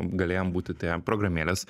galėjom būti tie programėlės